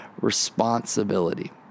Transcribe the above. responsibility